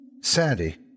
Sandy